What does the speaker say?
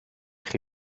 chi